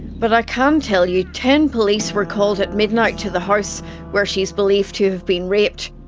but i can tell you, ten police were called at midnight to the house where she is believed to have been raped.